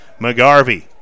mcgarvey